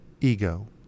ego